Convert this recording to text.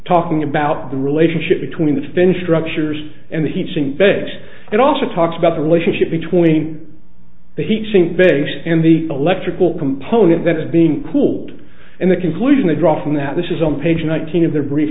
talking about the relationship between the finished ruptures and the heating base it also talks about the relationship between the heat sink base and the electrical component that is being cooled and the conclusion i draw from that this is on page nineteen of their brief